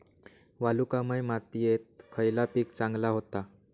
वालुकामय मातयेत खयला पीक चांगला होता?